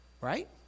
Right